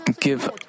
give